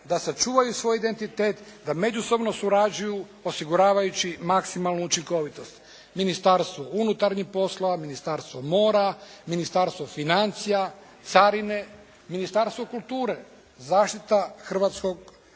da sačuvaju svoj identitet, da međusobno surađuju osiguravajući maksimalnu učinkovitost. Ministarstvo unutarnjih poslova, Ministarstvo mora, Ministarstvo financija, Carine, Ministarstvo kulture, zaštita hrvatskog